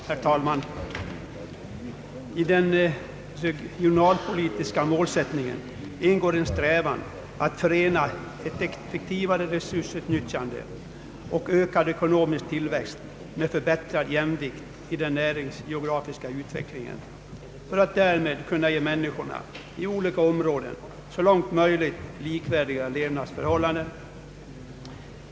Herr talman! I den regionalpolitiska målsättningen ingår en strävan att förena ett effektivare resursnyttjande och ökad ekonomisk tillväxt med förbättrad jämvikt i den näringsgeografiska utvecklingen för att därmed ge människorna i olika områden så långt möjligt likvärdiga levnadsförhållanden.